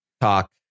talk